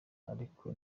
ariko